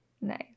Nice